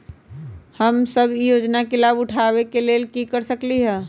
हम सब ई योजना के लाभ उठावे के लेल की कर सकलि ह?